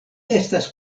estas